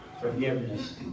forgiveness